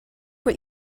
what